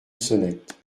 sonnette